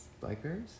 Blackberries